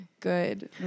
Good